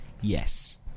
yes